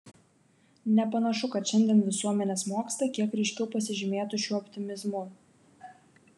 nepanašu kad šiandien visuomenės mokslai kiek ryškiau pasižymėtų šiuo optimizmu